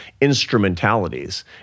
instrumentalities